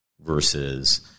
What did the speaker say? versus